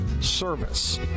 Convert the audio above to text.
service